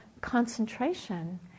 concentration